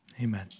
Amen